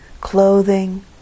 Clothing